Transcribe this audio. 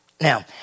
Now